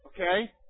Okay